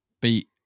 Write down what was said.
beat